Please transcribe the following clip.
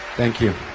thank you.